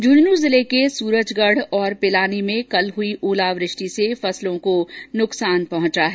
झुंझनू के सूरजगढ़ और पिलानी में कल हुई ओलावृष्टि से फसलों को नुकसान पहुंचा है